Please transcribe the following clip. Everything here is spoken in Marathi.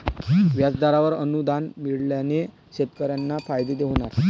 व्याजदरावर अनुदान मिळाल्याने शेतकऱ्यांना फायदा होणार